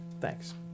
Thanks